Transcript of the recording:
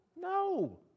No